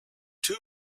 two